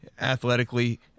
athletically